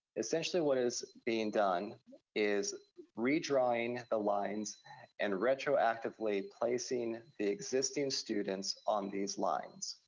essentially, what is being done is redrawing the lines and retroactively placing the existing students on these lines.